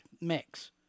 mix